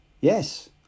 Yes